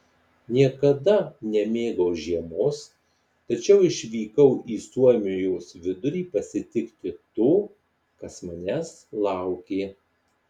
niekada nemėgau žiemos tačiau išvykau į suomijos vidurį pasitikti to kas manęs laukė